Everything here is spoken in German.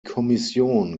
kommission